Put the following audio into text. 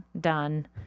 done